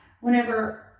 whenever